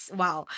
wow